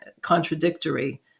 contradictory